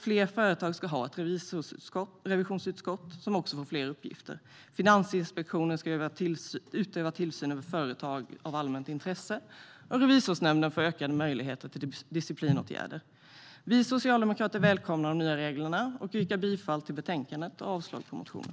Fler företag ska ha ett revisionsutskott som också får fler uppgifter, Finansinspektionen ska utöva tillsyn över företag av allmänt intresse och Revisorsnämnden får ökade möjligheter till disciplinåtgärder. Vi socialdemokrater välkomnar de nya reglerna och yrkar bifall till förslaget till beslut och avslag på motionen.